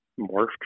morphed